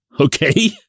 Okay